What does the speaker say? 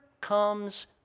comes